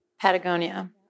Patagonia